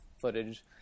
footage